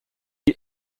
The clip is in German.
die